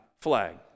flag